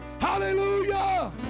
hallelujah